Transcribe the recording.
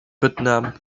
putnam